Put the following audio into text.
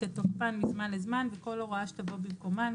בתוקפן מזמן לזמן, וכל הוראה שתבוא במקומן.